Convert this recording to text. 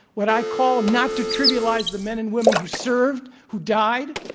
what i call not to trivialize the men and women who served, who died,